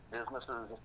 Businesses